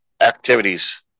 activities